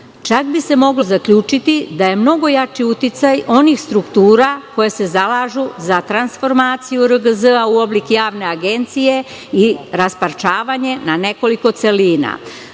Čak bi se moglo zaključiti da je mnogo jači uticaj onih struktura koje se zalažu za transformaciju RGZ u oblik javne agencije i rasparčavanje na nekoliko celina. Danas